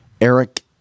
Eric